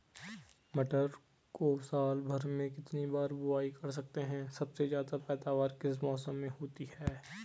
मटर को साल भर में कितनी बार बुआई कर सकते हैं सबसे ज़्यादा पैदावार किस मौसम में होती है?